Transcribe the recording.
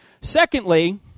secondly